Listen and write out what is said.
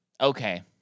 Okay